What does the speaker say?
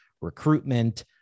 recruitment